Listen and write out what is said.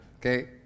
Okay